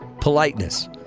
politeness